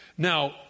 Now